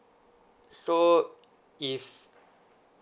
so if